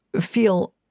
feel